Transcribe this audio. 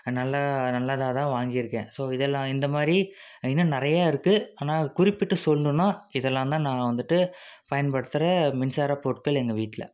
நல்லா நல்லதாக தான் வாங்கியிருக்கேன் ஸோ இதெல்லாம் இந்த மாதிரி இன்னும் நிறையா இருக்குது ஆனால் குறிப்பிட்டு சொல்லணுன்னா இதெல்லாம் தான் நான் வந்துட்டு பயன்படுத்துகிற மின்சாரப் பொருட்கள் எங்கள் வீட்டில்